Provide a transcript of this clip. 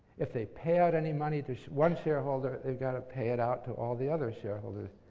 if they pay out any money to one shareholder, they've got to pay it out to all the other shareholders